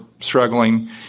struggling